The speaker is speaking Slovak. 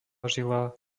žila